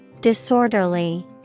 Disorderly